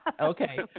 Okay